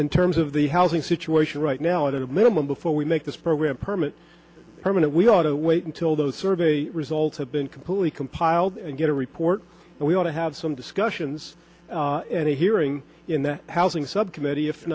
in terms of the housing situation right now at a minimum before we make this program permit permanent we ought to wait until those survey results have been completely compiled and get a report and we ought to have some discussions and a hearing in the housing subcommittee if